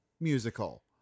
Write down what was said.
musical